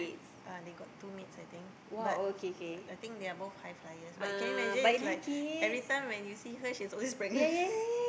uh they got two maids I think but I think they are both high flyers but can you imagine it's like everytime when you see her she's always pregnant